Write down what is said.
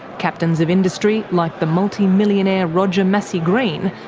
captains of industry, like the multi-millionaire roger massy-greene,